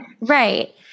right